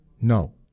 No